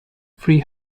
free